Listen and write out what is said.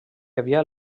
havia